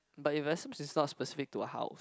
but investment is not specific to a house